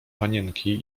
panienki